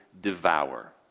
devour